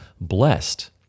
blessed